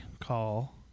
call